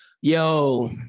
Yo